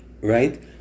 right